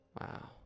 Wow